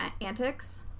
antics